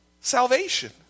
salvation